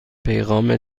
پیغام